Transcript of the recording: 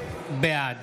בעד